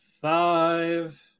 five